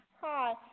Hi